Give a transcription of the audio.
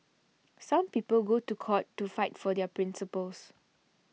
some people go to court to fight for their principles